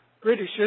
British